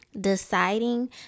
deciding